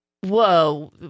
whoa